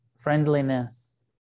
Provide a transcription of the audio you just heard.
friendliness